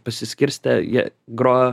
pasiskirstę jie grojo